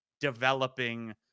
developing